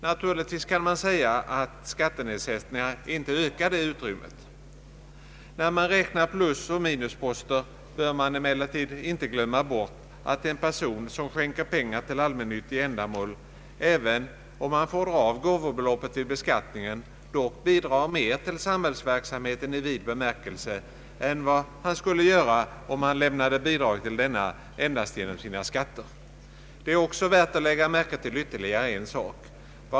Naturligtvis kan man säga att skattenedsättningar inte ökar det utrymmet. När man här räknar plusoch minusposter, bör man emellertid inte glömma bort att en person som skänker pengar till allmännyttiga ändamål, även om han får dra av gåvobeloppet vid beskattningen, dock bidrar mera till samhällsverksamheten i vid bemärkelse än vad han skulle göra om han lämnade bidrag till denna endast genom sina skatter. Det är också värt att lägga märke till ytterligare en sak.